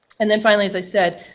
and then finally, as i said,